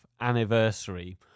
anniversary